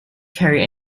carry